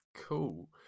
Cool